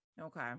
Okay